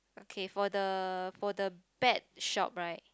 okay for the for the bet shop right